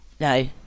no